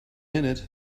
minute